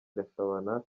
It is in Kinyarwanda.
gashabana